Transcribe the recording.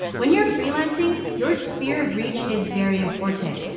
when you're freelancing your sphere of reach is very important.